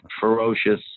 ferocious